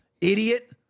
idiot